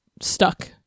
stuck